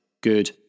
good